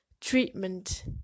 treatment